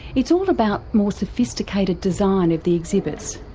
it's all about more sophisticated design of the exhibits,